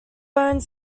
owned